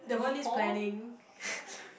nihon